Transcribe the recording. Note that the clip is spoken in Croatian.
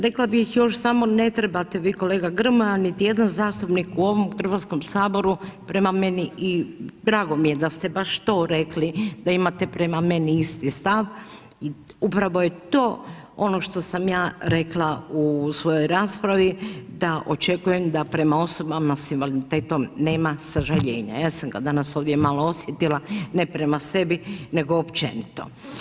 Rekla bih još samo ne trebate vi kolega Grmoja niti jedan zastupnik u ovom Hrvatskom saboru prema meni i drago mi je da ste baš to rekli da imate prema isti stav, upravo je to ono što sam ja rekla u svojoj raspravi, da očekujem da prema osobama sa invaliditetom nema sažaljenja, ja sam ga danas ovdje malo osjetila ne prema sebi nego općenito.